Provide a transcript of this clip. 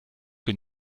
que